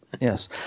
yes